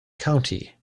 county